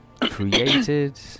created